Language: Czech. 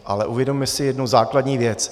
Ale uvědomme si jednu základní věc.